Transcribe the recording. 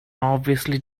obviously